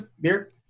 beer